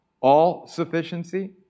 all-sufficiency